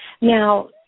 Now